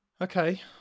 Okay